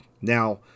Now